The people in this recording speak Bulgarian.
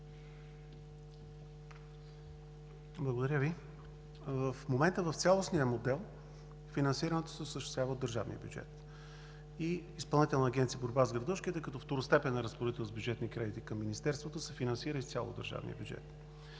Благодаря Ви. В момента в цялостния модел финансирането се осъществява от държавния бюджет. Изпълнителната агенция „Борба с градушките“, като второстепенен разпоредител с бюджетни кредити към Министерството, се финансира изцяло от държавния бюджет.